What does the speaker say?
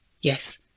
yes